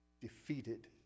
defeated